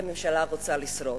הרי ממשלה רוצה לשרוד,